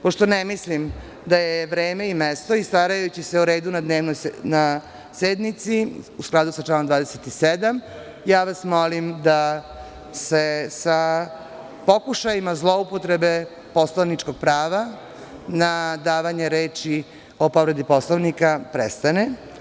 Pošto ne mislim da je vreme i mesto i, starajući se o redu na sednici, u skladu sa članom 27. vas molim da se sa pokušajima zloupotrebe poslovničkog prava na davanje reči o povredi Poslovnika prestane.